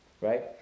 right